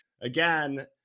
Again